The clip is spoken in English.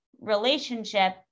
relationship